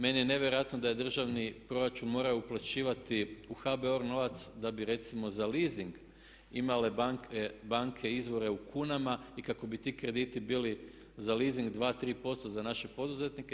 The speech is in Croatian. Meni je nevjerojatno da je državni proračun morao uplaćivati u HBOR novac da bi recimo za leasing imale banke izvore u kunama i kako bi ti krediti bili za leasing 2, 3% za naše poduzetnike.